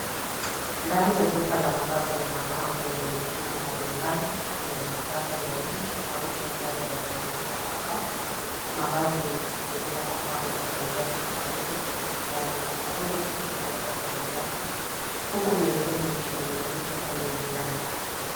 Ndani ya duka la mavazi na mapambo yenye mitindo mbali mbali. Kuna mavazi ya aina tofauti ambayo yanauzwa hapa. Mavazi yameweza kupangwa kwa njia tofauti kupitia ndani, kukunjwa na kuekwa kwenye rafu, huku mengine yakining'inizwa kwenye viango.